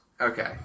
Okay